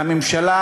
והממשלה,